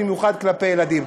במיוחד כלפי ילדים.